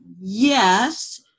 yes